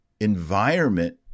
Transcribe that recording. environment